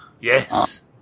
Yes